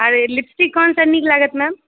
और लिपस्टिक कोनसा नीक लागत मैम